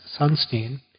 Sunstein